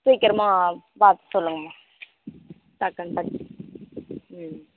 சீக்கிரமாக பார்த்து சொல்லுங்கள் டக்குன்னு பார்த் ம்